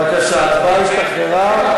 בבקשה, ההצבעה השתחררה.